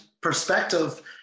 perspective